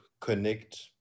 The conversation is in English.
connect